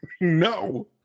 no